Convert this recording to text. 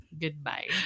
Goodbye